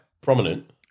prominent